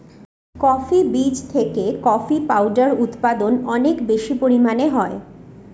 coffee বীজ থেকে coffee powder উৎপাদন অনেক বেশি পরিমানে হয়